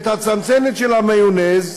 את הצנצנת של המיונז.